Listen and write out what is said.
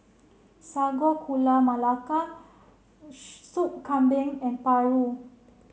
Sago Gula Melaka Sup Kambing and Paru